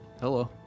Hello